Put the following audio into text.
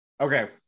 Okay